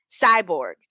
Cyborg